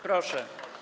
Proszę.